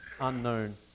unknown